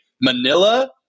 manila